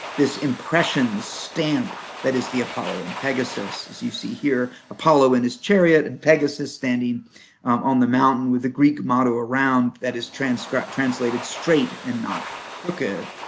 this impression, this stamp, that is the apollo and pegasus as you see here, apollo in his chariot and pegasus standing on the mountain with the greek motto around that is translated translated straight and not crooked.